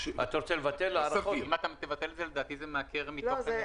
אם אתה תבטל את זה, אני בהארכה אשווק לך את זה.